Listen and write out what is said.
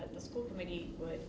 that the school committee would